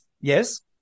Yes